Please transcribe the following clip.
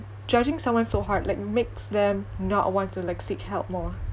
judging someone so hard like makes them not want to like seek help more